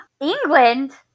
England